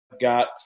got